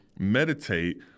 meditate